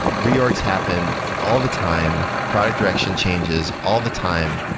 reorgs happen all the time, product direction changes all the time,